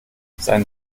sein